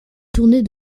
tournée